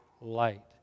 light